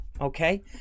Okay